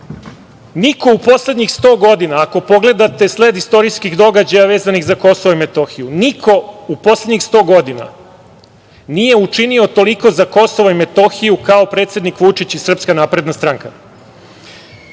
niko u poslednjih sto godina ako pogledate sled istorijskih događaja vezanih za Kosovo i Metohiju, niko u poslednjih sto godina nije učinio toliko za Kosovo i Metohiju kao predsednik Vučić i SNS. Kao neko